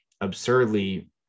absurdly